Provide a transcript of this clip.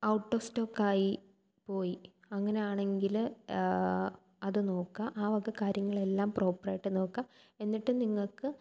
out of സ്റ്റോക്കായി പോയി അങ്ങനെയാണെങ്കിൽ അതു നോക്കുക ആ വക കാര്യങ്ങളെല്ലാം പ്രോപ്പറായിട്ട് നോക്കുക എന്നിട്ട് നിങ്ങൾക്ക്